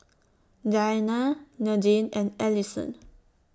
Diana Nadine and Ellison